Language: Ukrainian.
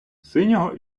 синього